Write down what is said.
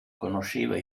conosceva